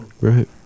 Right